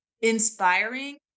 Inspiring